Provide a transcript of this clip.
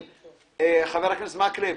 חבר הכנסת מקלב,